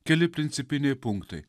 keli principiniai punktai